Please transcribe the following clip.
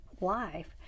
life